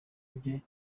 bye